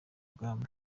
bwami